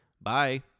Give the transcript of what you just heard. bye